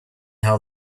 how